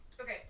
Okay